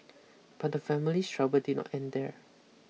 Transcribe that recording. but the family's trouble did not end there